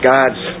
God's